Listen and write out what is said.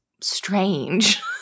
strange